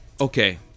okay